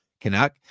Canuck